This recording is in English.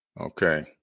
Okay